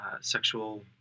sexual